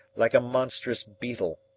like a monstrous beetle,